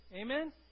Amen